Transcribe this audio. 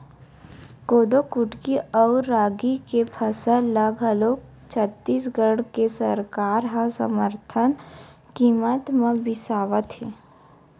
कोदो कुटकी अउ रागी के फसल ल घलोक छत्तीसगढ़ के सरकार ह समरथन कीमत म बिसावत हे